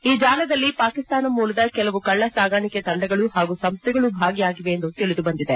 ಈ ಜಾಲದಲ್ಲಿ ಪಾಕಿಸ್ತಾನ ಮೂಲದ ಕೆಲವು ಕಳ್ಳಸಾಗಣಿಕೆ ತಂಡಗಳು ಹಾಗೂ ಸಂಸ್ಲೆಗಳು ಭಾಗಿಯಾಗಿವೆ ಎಂದು ತಿಳಿದು ಬಂದಿದೆ